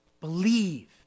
Believe